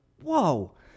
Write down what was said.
whoa